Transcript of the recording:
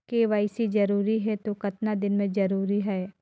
KYC जरूरी हे तो कतना दिन मे जरूरी है?